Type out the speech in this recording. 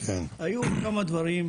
היו כמה דברים,